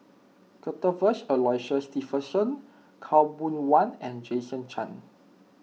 Cuthbert Aloysius Shepherdson Khaw Boon Wan and Jason Chan